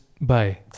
bye